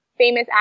famous